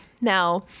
Now